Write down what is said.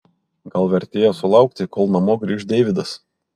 gal vertėjo sulaukti kol namo grįš deividas